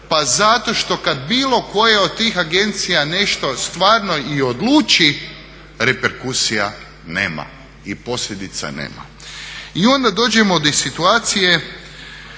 Pa zato što kad bilo koja od tih agencija nešto stvarno i odluči reperkusija nema i posljedica nema. I onda dođemo do situacije